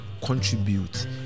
contribute